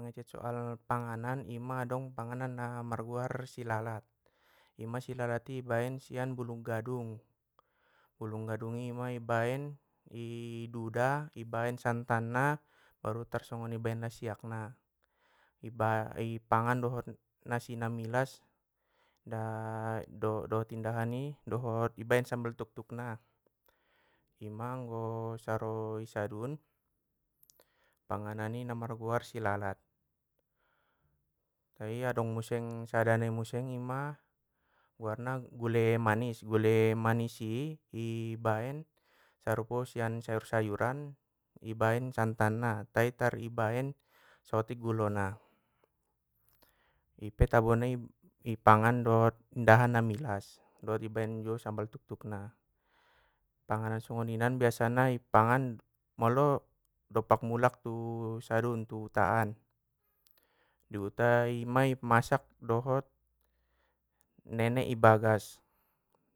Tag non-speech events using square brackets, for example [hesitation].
Mangecek soal panganan ima adong panganan na marguar silalat, ima silalati ibaen sian bulung gadung, bulungg gadung ima i baen i duda i baen santanna baru tarsongn i baen lasiakna, i- ipangan dohot nasi na milas da [hesitation] dot indahan i dohot i baen sambal tuktuk na, ima anggo saro i sadun, panganan i na marguar silalat. Tai adong museng sada nai muse ima guarna gule manis, gule manis i! Baen sarupo sian sayur sayuran i baen santanna tai tar ibaen sohotik gulona i pe tabona i ipangan dohot indahan na milas dohot ibaen jolo sambal tuktuk na, panganan songoninan biasana i pangan molo dompak mulak tu sadun tu huta an, di hutai ma i masak dohot nenek i bagas